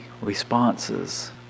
responses